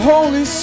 Holy